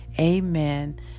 amen